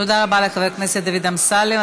תודה רבה, לחבר הכנסת דוד אמסלם.